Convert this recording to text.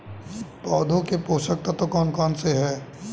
पौधों के पोषक तत्व कौन कौन से हैं?